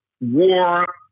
war